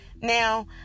Now